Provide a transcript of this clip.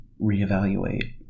reevaluate